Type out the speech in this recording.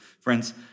Friends